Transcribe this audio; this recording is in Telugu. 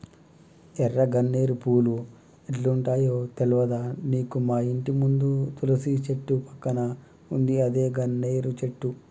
ఎర్ర గన్నేరు పూలు ఎట్లుంటయో తెల్వదా నీకు మాఇంటి ముందు తులసి చెట్టు పక్కన ఉందే అదే గన్నేరు చెట్టు